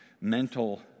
mental